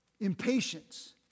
impatience